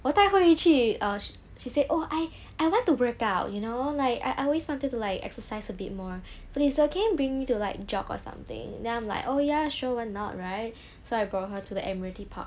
我带 hui yi 去 uh she said oh I I want to work out you know like I I always wanted to like exercise a bit more but if its okay can you bring me to like jog or something then I'm like oh ya sure why not right so I brought her to the admiralty park